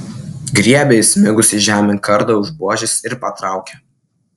griebia įsmigusį žemėn kardą už buožės ir patraukia